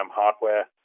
hardware